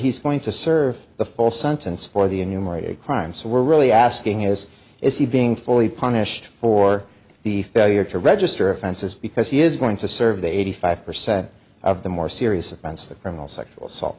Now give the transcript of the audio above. he's going to serve the full sentence for the enumerated crime so we're really asking is is he being fully punished for the failure to register offenses because he is going to serve eighty five percent of the more serious offense the criminal sexual assault